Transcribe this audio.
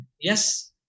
yes